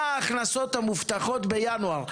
מה ההכנסות המובטחות בינואר?